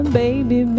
baby